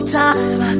time